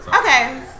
Okay